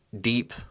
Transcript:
deep